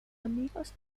amigos